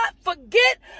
forget